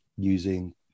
using